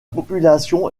population